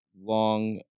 long